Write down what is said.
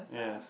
yes